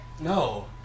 No